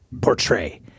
Portray